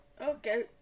Okay